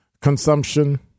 consumption